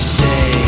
say